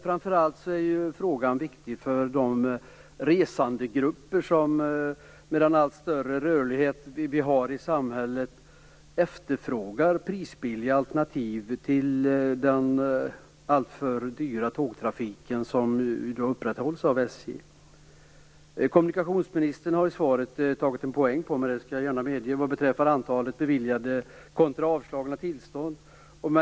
Framför allt är frågan viktig för de resandegrupper som med den allt större rörlighet vi har i samhället efterfrågar prisbilliga alternativ till den alltför dyra tågtrafik som i dag upprätthålls av SJ. Kommunikationsministern har i svaret tagit en poäng på mig, det skall jag gärna medge, vad beträffar antalet beviljade kontra avslagna tillstånd.